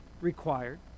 required